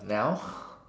now